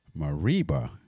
Mariba